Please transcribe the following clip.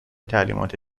تعلیمات